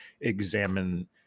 Examine